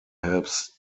helps